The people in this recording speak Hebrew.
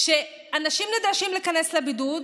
אנשים נדרשים להיכנס לבידוד